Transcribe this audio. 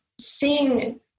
seeing